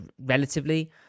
relatively